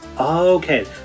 Okay